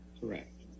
Correct